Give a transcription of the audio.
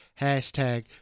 Hashtag